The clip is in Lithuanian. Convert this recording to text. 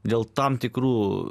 dėl tam tikrų